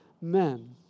men